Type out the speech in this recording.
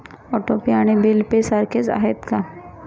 Auto pay आणि bill pay सारखेच आहे का?